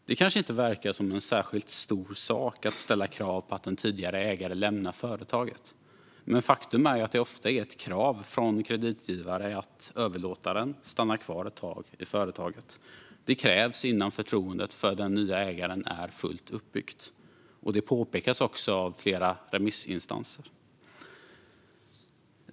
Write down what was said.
Det kanske inte verkar som någon särskilt stor sak att ställa krav på att en tidigare ägare lämnar företaget, men faktum är att det ofta är ett krav från kreditgivare att överlåtaren stannar kvar ett tag i företaget. Det krävs innan förtroendet för den nya ägaren är fullt uppbyggt, vilket också påpekas av flera remissinstanser.